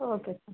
okay sir